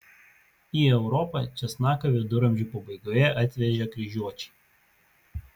į europą česnaką viduramžių pabaigoje atvežė kryžiuočiai